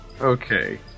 Okay